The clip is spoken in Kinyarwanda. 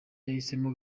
yahisemo